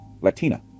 latina